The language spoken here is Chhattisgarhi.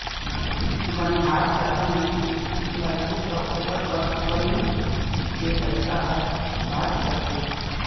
बनिहार जादा नइ लागही त ओखर बनी के पइसा ह बाच जाथे